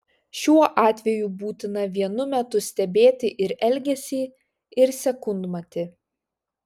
šiuo atveju būtina vienu metu stebėti ir elgesį ir sekundmatį